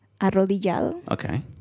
arrodillado